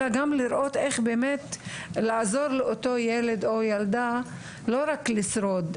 אלא גם לראות איך באמת לעזור לאותו הילד או הילדה לא רק לשרוד,